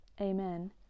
amen